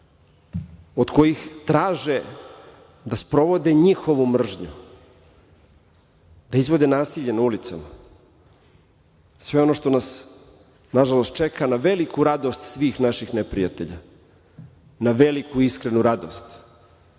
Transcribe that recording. od kojih traže da sprovodi njihovu mržnju, da izvode nasilje na ulicama, sve ono što nas na žalost čeka, na veliku radost svih naših neprijatelja, na veliku iskrenu radost. Znate,